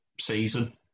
season